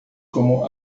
como